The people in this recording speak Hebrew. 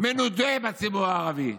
מנודה מהציבור הערבי.